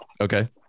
okay